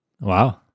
Wow